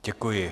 Děkuji.